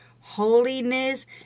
holiness